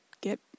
get